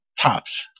tops